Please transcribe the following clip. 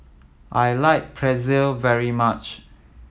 I like Pretzel very much